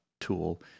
tool